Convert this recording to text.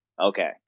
Okay